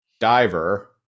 Diver